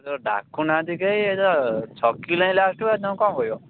ତ ଡାକୁ ନାହାନ୍ତି କେହି ଇଏ ତ ଛକିଲେଣି ଲାଷ୍ଟକୁ ତୁମେ କ'ଣ କରିବ